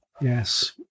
Yes